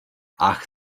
ach